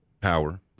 power